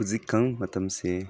ꯍꯧꯖꯤꯛꯀꯥꯟ ꯃꯇꯝꯁꯦ